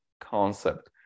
concept